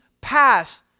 pass